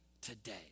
today